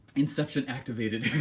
in such an activated,